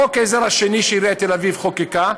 חוק העזר השני שעיריית תל-אביב חוקקה,